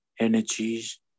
energies